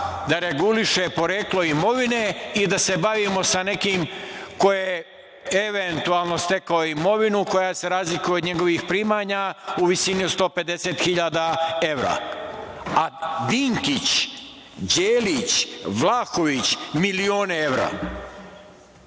da reguliše poreklo imovine i da se bavimo sa nekim ko je eventualno stekao imovinu koja se razlikuje od njegovih primanja u visini od 150 hiljada evra, a Dinkić, Đelić, Vlahović milione evra